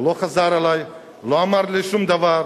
הוא לא חזר אלי, לא אמר לי שום דבר.